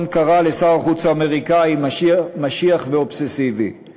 קרא לשר החוץ האמריקני "משיח" ו"אובססיבי";